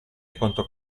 quanto